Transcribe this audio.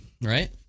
right